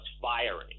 firing